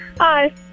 Hi